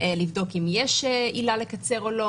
לבדוק אם יש עילה לקצר או לא,